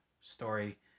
story